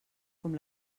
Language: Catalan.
com